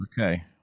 Okay